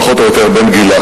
פחות או יותר בן גילה.